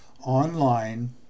online